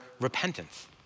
repentance